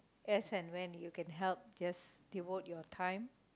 as and when you can help just devote your time